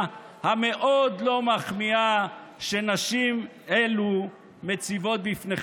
המאוד-לא מחמיאה שנשים אלו מציבות בפניכם.